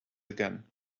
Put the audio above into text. again